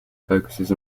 focuses